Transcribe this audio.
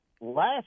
last